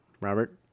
Robert